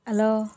hello